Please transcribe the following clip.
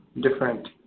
different